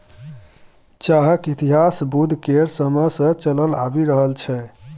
चाहक इतिहास बुद्ध केर समय सँ चलल आबि रहल छै